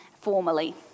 formally